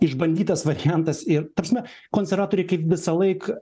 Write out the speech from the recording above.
išbandytas variantas ir ta prasme konservatoriai kaip visąlaik